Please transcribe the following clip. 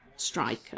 striker